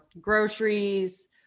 groceries